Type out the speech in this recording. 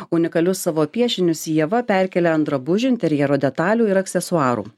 unikalius savo piešinius ieva perkelia ant drabužių interjero detalių ir aksesuarų